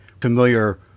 familiar